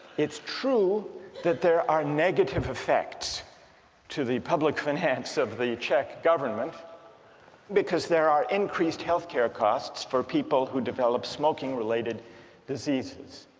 it's true that there are negative effects to the public finance of the czech government because there are increased health care costs for people who develop smoking-related diseases